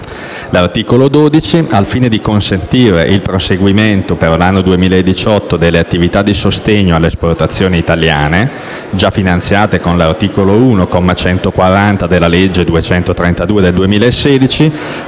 L'articolo 12, al fine di consentire il proseguimento per l'anno 2018 delle attività di sostegno alle esportazioni italiane, già finanziate con l'articolo 1, comma 140, della legge n. 232 del 2016,